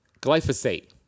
glyphosate